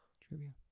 Trivia